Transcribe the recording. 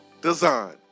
Design